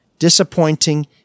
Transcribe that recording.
disappointing